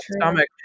stomach